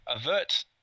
avert